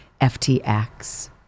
FTX